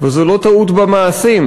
וזו לא טעות במעשים.